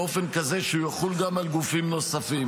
באופן כזה שהוא יחול גם על גופים נוספים.